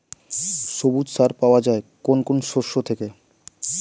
সবুজ সার পাওয়া যায় কোন কোন শস্য থেকে?